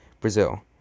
Brazil